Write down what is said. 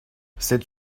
cette